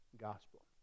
gospel